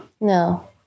No